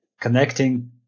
Connecting